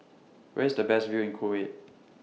Where IS The Best View in Kuwait